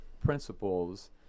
principles